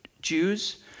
Jews